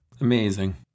Amazing